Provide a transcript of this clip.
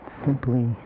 Simply